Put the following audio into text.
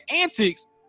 antics